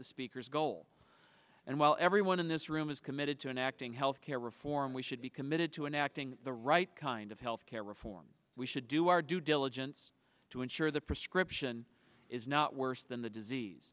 the speaker's goal and while everyone in this room is committed to an acting health care reform we should be committed to an acting the right kind of health care reform we should do our due diligence to ensure the prescription is not worse than the disease